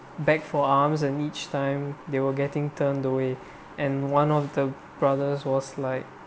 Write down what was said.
beg for alms and each time they were getting turned away and one of the brothers was like